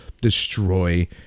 destroy